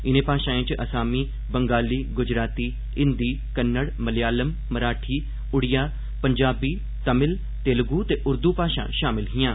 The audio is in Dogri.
इने भाषाएं च असामी बंगाली गुजराती हिंदी कन्नड़ मलयालम मराठी उड़िया पंजाबी तमिल तेलुगु ते उर्दू भाषां शामिल हिआं